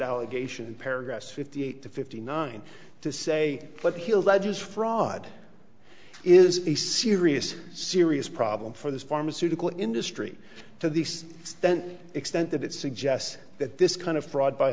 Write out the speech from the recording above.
allegation paragraphs fifty eight to fifty nine to say but he'll ledgers fraud is a serious serious problem for the pharmaceutical industry to the extent extent that it suggests that this kind of fraud by